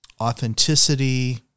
authenticity